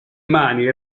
mani